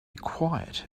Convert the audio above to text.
quiet